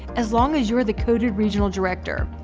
as long as you're the coded regional director.